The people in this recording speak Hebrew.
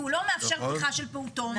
והוא לא מאפשר פתיחה של פעוטון.